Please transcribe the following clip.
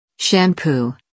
Shampoo